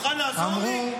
אתה מוכן לעזור לי?